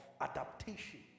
adaptation